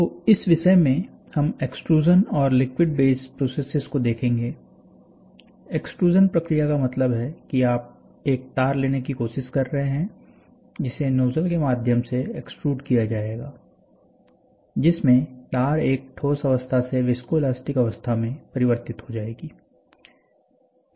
तोइस विषय में हम एक्सट्रूज़न और लिक्विड बेस्ड प्रोसेसेज को देखेंगे एक्सट्रूज़न प्रक्रिया का मतलब है कि आप एक तार लेने की कोशिश कर रहे हैं जिसे नोजल के माध्यम से एक्सट्रुड किया जाएगा जिसमें तार एक ठोस अवस्था से विस्कोइलास्टिक अवस्था में परिवर्तित हो जाएगी